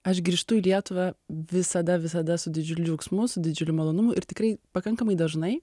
aš grįžtu į lietuvą visada visada su didžiuliu džiaugsmu su didžiuliu malonumu ir tikrai pakankamai dažnai